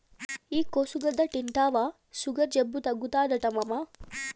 ఈ కోసుగడ్డ తింటివా సుగర్ జబ్బు తగ్గుతాదట మామా